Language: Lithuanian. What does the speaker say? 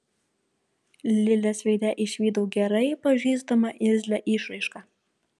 lilės veide išvydau gerai pažįstamą irzlią išraišką